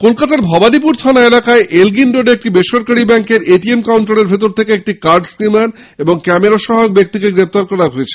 কলকাতার ভবানীপুর খানা এলাকায় এলগিন রোডে একটি বেসরকারী ব্যাঙ্কের এটিএম কাউন্টারের ভেতর থকে একটি কার্ড স্কিমার এবং ক্যামেরা সহ এক ব্যক্তিকে গ্রেফতার কর হয়েছে